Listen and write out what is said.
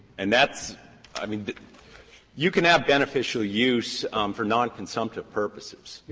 and that's i mean you can have beneficial use for non-consumptive purposes.